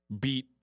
beat